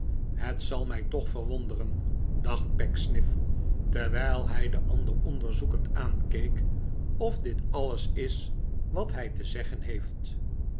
het zal mij toch verwonderen dacht pecksniff terwijl hij den ander onderzoekend aankeek of dit alles is wat hij te zeggen heeft